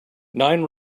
nine